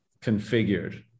configured